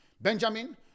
Benjamin